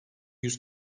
yüz